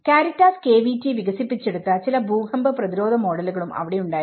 Caritas KVT വികസിപ്പിച്ചെടുത്ത ചില ഭൂകമ്പ പ്രതിരോധ മോഡലുകളും അവിടെ ഉണ്ടായിരുന്നു